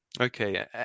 Okay